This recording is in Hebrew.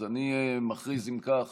אז אני מכריז אם כך